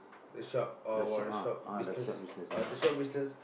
the shop our shop business uh the shop business